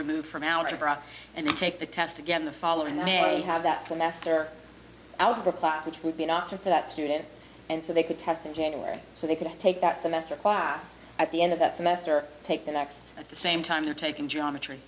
removed from algebra and then take the test again the following i have that semester out of a class which would be an option for that student and so they could test in january so they could take that semester class at the end of that semester take the next at the same time you're taking geometry